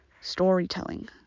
storytelling